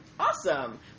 awesome